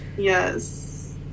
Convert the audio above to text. Yes